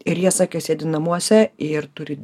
ir jie sakė sėdi namuose ir turi